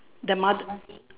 the moth~